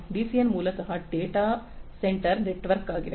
DCN ಮೂಲತಃ data centre network ಆಗಿದೆ